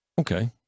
Okay